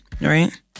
right